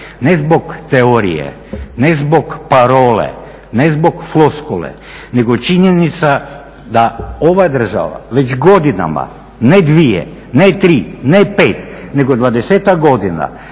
ne zbog teorije, ne zbog parole, ne zbog floskule nego činjenica da ova država već godinama, ne dvije, ne tri, ne pet, nego 20-ak godina